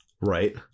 Right